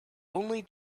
only